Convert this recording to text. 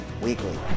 Weekly